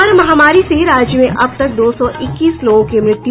और महामारी से राज्य में अब तक दो सौ इक्कीस लोगों की मृत्यु